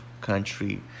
country